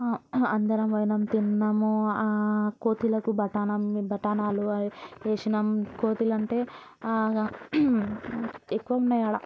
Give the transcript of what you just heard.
అందరం పోయినం తిన్నాము ఆ కోతులకు బటానం బాటనలు వేసినము కోతులంటే ఎక్కువ ఉన్నయి అక్కడ